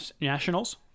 Nationals